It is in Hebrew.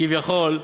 כביכול,